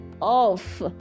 off